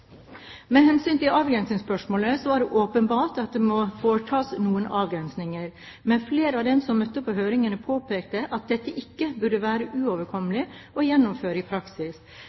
Med hensyn til avgrensningsspørsmålet er det åpenbart at det må foretas noen avgrensninger, men flere av dem som møtte på høringen, påpekte at dette ikke burde være uoverkommelig å gjennomføre i praksis.